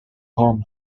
home